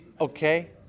Okay